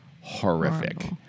horrific